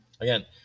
Again